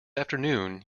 afternoon